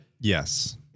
Yes